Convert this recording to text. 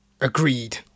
Agreed